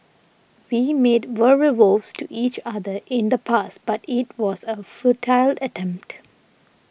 we made verbal vows to each other in the past but it was a futile attempt